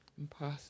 Impossible